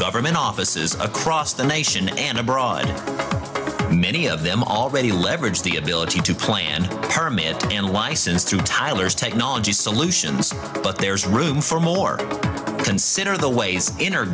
government offices across the nation and abroad many of them already leverage the ability to plan kermit and license through tyler's technology solutions but there's room for more consider the ways in